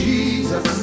Jesus